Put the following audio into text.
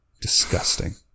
Disgusting